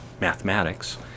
mathematics